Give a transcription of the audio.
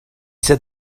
said